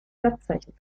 satzzeichen